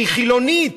שהיא חילונית,